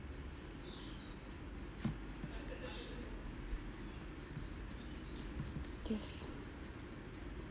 yes